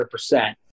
100%